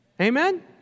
Amen